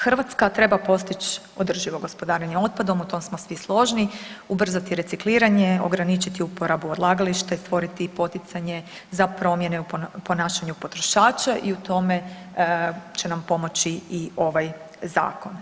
Hrvatska treba postići održivo gospodarenje otpadom, u tom smo svi složni, ubrzati recikliranje, ograničiti uporabu odlagališta i stvoriti poticanje za promjene u ponašanju potrošače i u tome će nam pomoći i ovaj Zakon.